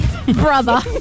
Brother